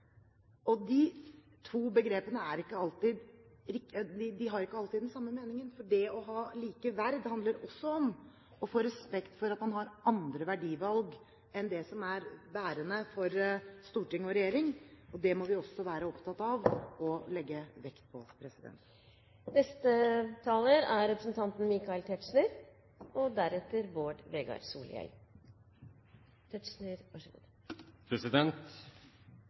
De to begrepene har ikke alltid den samme meningen, for det å ha likeverd handler også om å få respekt for at man tar andre verdivalg enn de som er bærende for storting og regjering. Det må vi også være opptatt av og legge vekt på. Etter 22. juli ble det sagt veldig mye riktig. Statsministeren fortjener ros. Han fikk den gangen ros – og